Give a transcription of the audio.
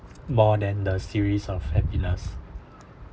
more than the series of happiness